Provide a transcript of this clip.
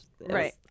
right